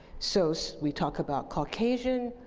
so so we talk about caucasian,